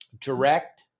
direct